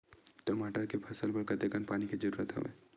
टमाटर के फसल बर कतेकन पानी के जरूरत हवय?